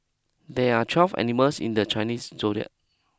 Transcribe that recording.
there are twelve animals in the Chinese zodiac